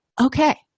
Okay